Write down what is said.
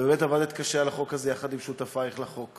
באמת, עבדת קשה על החוק הזה יחד עם שותפייך לחוק,